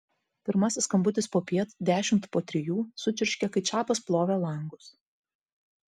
pirmasis skambutis popiet dešimt po trijų sučirškė kai čapas plovė langus